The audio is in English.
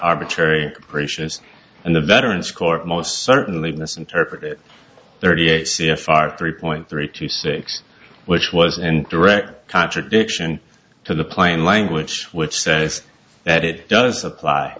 arbitrary gracious and the veterans court most certainly misinterpret thirty eight c f r three point three two six which was in direct contradiction to the plain language which says that it does apply